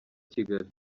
kigali